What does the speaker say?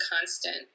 constant